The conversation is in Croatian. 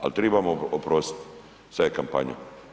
Ali trebamo oprostiti, sada je kampanja.